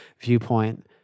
viewpoint